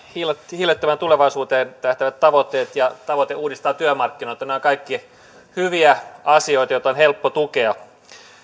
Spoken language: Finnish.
hiilettömään tulevaisuuteen tähtäävät tavoitteet ja tavoite uudistaa työmarkkinoita nämä ovat kaikki hyviä asioita joita on helppo tukea